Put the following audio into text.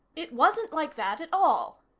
it wasn't like that at all,